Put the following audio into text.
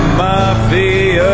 mafia